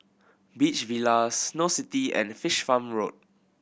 Beach Villas Snow City and Fish Farm Road